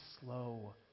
slow